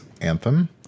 Anthem